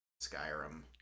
Skyrim